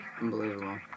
Unbelievable